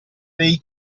dei